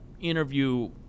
interview